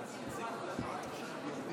בעד